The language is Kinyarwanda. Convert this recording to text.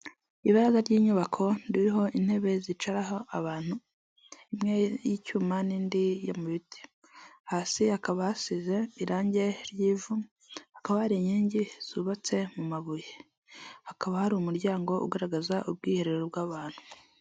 Ibaraza ry'inyubako ririho intebe zicaraho abantu imwe y'icyuma n'indi yo mu biti, hasi hakaba hasize irangi ry'ivu, hakaba hari inkingi zubatse mu mabuye, hakaba hari umuryango ugaragaza ubwiherero bw'abantu.